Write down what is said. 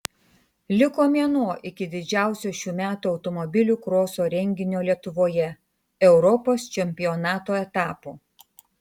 liko mėnuo iki didžiausio šių metų automobilių kroso renginio lietuvoje europos čempionato etapo